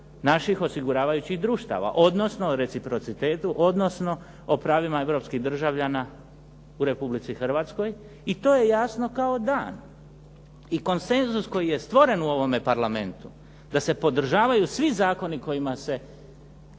naših osiguravajućih društava. Odnosno reciprocitetu, odnosno o pravima europskih državljana u Republici Hrvatskoj. I to je jasno kao dan. I konsenzus koji je stvoren u ovome Parlamentu da se podržavaju svi zakoni kojima se